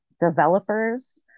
developers